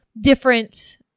different